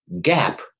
gap